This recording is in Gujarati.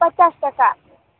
પચાસ ટકા